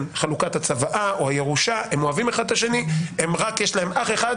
חלוקת הצוואה או הירושה; הם אוהבים אחד את השני; ויש אח אחד